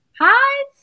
Hi